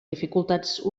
dificultats